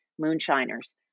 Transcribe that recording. Moonshiners